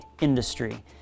industry